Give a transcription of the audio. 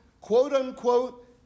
quote-unquote